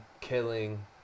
killing